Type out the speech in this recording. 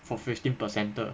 for fifteen percent 的